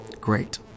Great